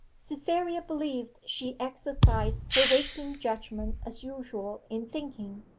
cytherea believed she exercised her waking judgment as usual in thinking,